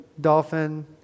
dolphin